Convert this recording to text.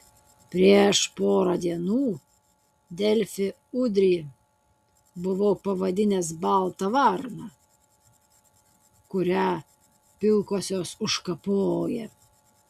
prieš porą dienų delfi udrį buvau pavadinęs balta varna kurią pilkosios užkapoja